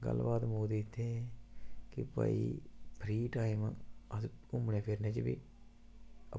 गल्ल बात मुकदी इत्थें की भई फ्री टाईम अस घुम्मनै फिरने च बी